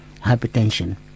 hypertension